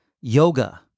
yoga